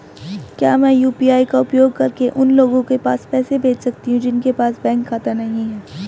क्या मैं यू.पी.आई का उपयोग करके उन लोगों के पास पैसे भेज सकती हूँ जिनके पास बैंक खाता नहीं है?